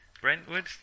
Brentwood